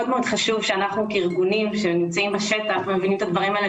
חשוב שאנחנו כארגונים שנמצאים בשטח ומביניים את הדברים האלה,